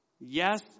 Yes